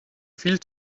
viel